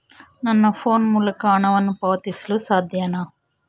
ನನ್ನ ಫೋನ್ ಮೂಲಕ ಹಣವನ್ನು ಪಾವತಿಸಲು ಸಾಧ್ಯನಾ?